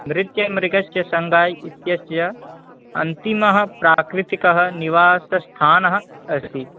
नृत्यमृगस्य सङ्गाय् इत्यस्य अन्तिमं प्राकृतिकं निवासस्थानम् अस्ति